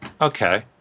okay